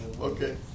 Okay